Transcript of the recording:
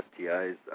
STIs